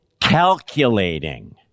calculating